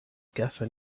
cafe